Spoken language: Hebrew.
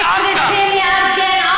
צריכים לנתק את המצור,